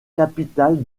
capitale